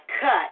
cut